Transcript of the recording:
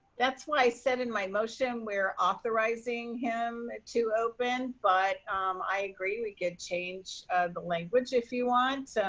that's why i said in my motion where authorizing him to open, but i agree. we can change the language, if you want. so